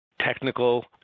technical